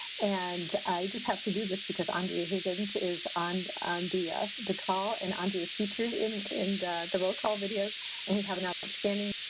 and have to do this because andrea higgins is on the the call and andrea's featured in in the roll call videos and we have an outstanding